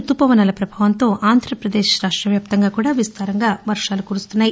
రుతుపవనాల ప్రభావంతో ఆంధ్రప్రదేశ్ వ్యాప్తంగా విస్తారంగా వర్వాలు కురుస్తున్నాయి